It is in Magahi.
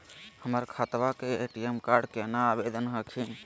हमर खतवा के ए.टी.एम कार्ड केना आवेदन हखिन?